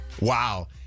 Wow